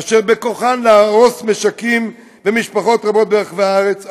אשר בכוחן להרוס משקים ומשפחות רבים ברחבי הארץ,